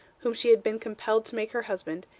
whom she had been compelled to make her husband,